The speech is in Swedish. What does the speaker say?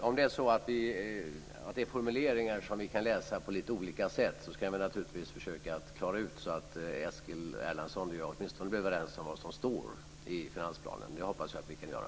Fru talman! Om det är formuleringar som vi kan läsa på lite olika sätt ska vi naturligtvis försöka klara ut det, så att Eskil Erlandsson och jag åtminstone blir överens om vad som står i finansplanen. Det hoppas jag att vi kan göra.